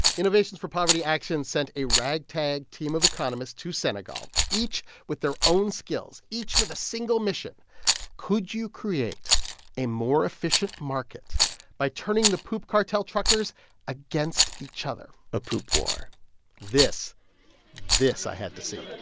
innovations for poverty action sent a ragtag team of economists to senegal, each with their own skills, each with a single mission could you create a more efficient market by turning the poop cartel truckers against each other? a poop war this this i had to see